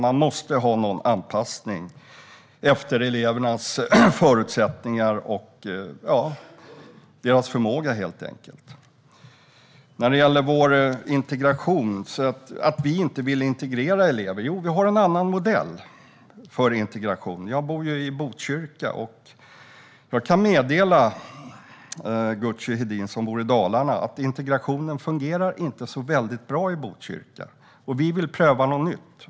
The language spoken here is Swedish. Man måste ha någon anpassning efter elevernas förutsättningar och förmåga. När det gäller vår integration säger Roza Güclü Hedin att vi inte vill integrera elever. Jo, det vill vi, men vi har en annan modell för integration. Jag bor i Botkyrka, och jag kan meddela Güclü Hedin, som bor i Dalarna, att integrationen inte fungerar så väldigt bra i Botkyrka. Vi vill pröva något nytt.